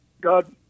God